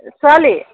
ছোৱালী